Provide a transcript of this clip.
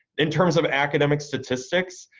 in terms of academic statistics,